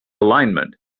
alignment